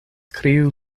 kriu